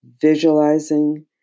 visualizing